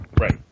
Right